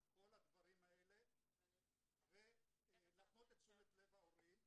כל הדברים האלה ולהפנות את תשומת לב ההורים.